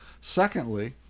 Secondly